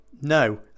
no